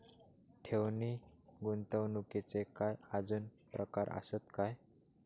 ठेव नी गुंतवणूकचे काय आजुन प्रकार आसत काय?